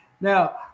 Now